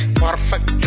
perfect